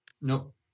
Nope